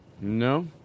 No